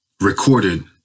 recorded